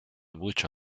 mucho